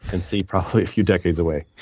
and c probably a few decades away.